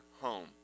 home